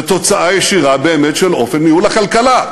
זה תוצאה ישירה באמת של אופן ניהול הכלכלה,